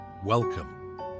Welcome